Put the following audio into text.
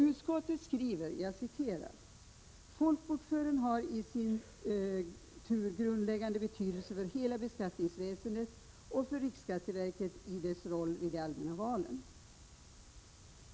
Utskottet skriver: ”Folkbokföringen har i sin tur grundläggande betydelse för hela beskattningsväsendet och för riksskatteverket i dess roll vid de allmänna valen.